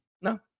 No